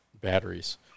batteries